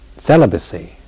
celibacy